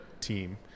team